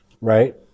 right